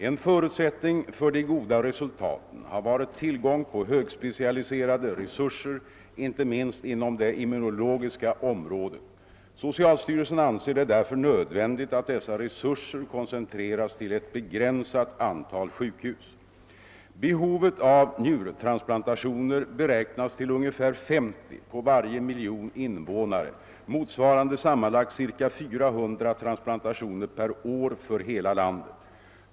En förutsättning för de goda resultaten har varit tillgång på Kögspecialiserade resurser, inte minst inom det immunologiska området. Socialstyrelsen anser det därför nödvändigt att dessa resurser koncentreras till ett begränsat antal sjukhus. "Behovet av njurtransplantationer beräknas till ungefär 50 på varje miljon invånare, motsvarande sammanlagt ca 400 transplantationer per år för hela landet.